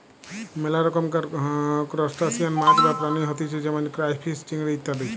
মেলা রকমকার ত্রুসটাসিয়ান মাছ বা প্রাণী হতিছে যেমন ক্রাইফিষ, চিংড়ি ইত্যাদি